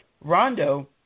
Rondo